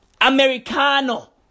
Americano